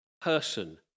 person